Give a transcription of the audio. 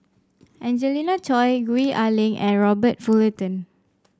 Angelina Choy Gwee Ah Leng and Robert Fullerton